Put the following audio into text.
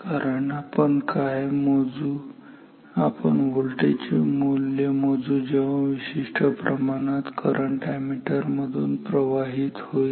कारण आपण काय मोजू आपण या व्होल्टेज चे मूल्य मोजू जेव्हा विशिष्ट प्रमाणात करंट अॅमीटर मधून प्रवाहित होईल